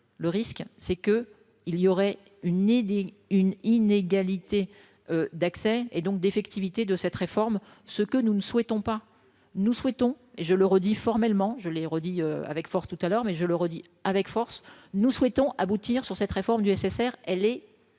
le risque c'est que, il y aurait une idée, une inégalité d'accès et donc d'effectivité de cette réforme, ce que nous ne souhaitons pas nous souhaitons et je le redis, formellement, je l'ai redit avec force tout à l'heure, mais je le redis avec force, nous souhaitons aboutir sur cette réforme du SSR, elle est, elle